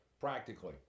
practically